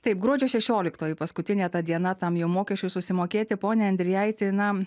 taip gruodžio šešioliktoji paskutinė ta diena tam jau mokesčiui susimokėti pone endrijaiti na